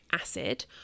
acid